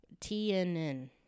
TNN